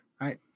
right